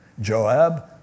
Joab